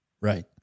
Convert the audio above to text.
Right